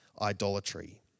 idolatry